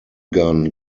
gun